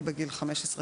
אלא בגיל 15,